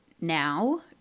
now